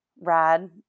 rad